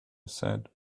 said